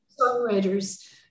songwriters